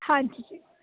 ਹਾਂਜੀ ਜੀ